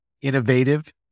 innovative